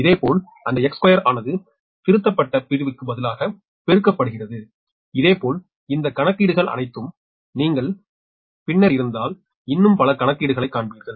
இதேபோல் அந்த x2 ஆனது திருத்தப்பட்ட பிரிவுக்கு பதிலாக பெருக்கப்படுகிறது இதேபோல் இந்த கணக்கீடுகள் அனைத்தும் நீங்கள் பின்னர் இருந்ததால் இன்னும் பல கணக்கீடுகளைக் காண்பீர்கள்